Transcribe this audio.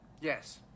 Yes